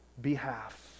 behalf